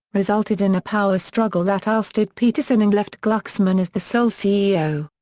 resulted in a power struggle that ousted peterson and left glucksman as the sole ceo.